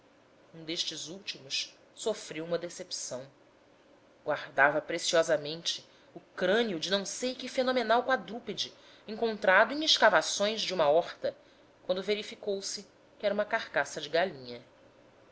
um destes últimos sofreu uma decepção guardava preciosamente o crânio de não sei que fenomenal quadrúpede encontrado em escavações de uma horta quando verificou-se que era uma carcaça de galinha